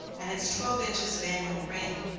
and its twelve inches of annual rain,